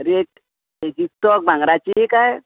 rate भांगराची काय